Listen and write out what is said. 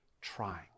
trying